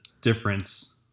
difference